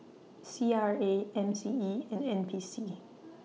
C R A M C E and N P C